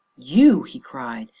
you! he cried,